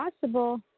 possible